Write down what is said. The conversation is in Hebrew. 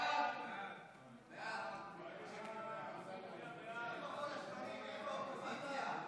הליכוד להביע אי-אמון בממשלה לא נתקבלה.